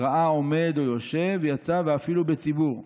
קראה עומד, או יושב יצא, ואפילו בציבור,